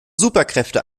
superkräfte